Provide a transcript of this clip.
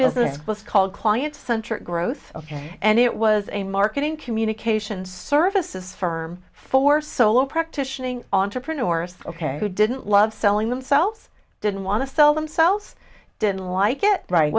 business was called client centric growth ok and it was a marketing communications services firm for solo practitioner entrepreneurs ok who didn't love selling themselves didn't want to sell themselves didn't like it right